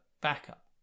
backup